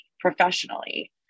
professionally